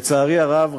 לצערי הרב,